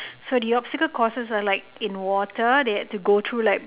so the obstacle courses were like in water they had to go through like